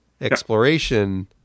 exploration